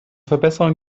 verbesserung